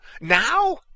Now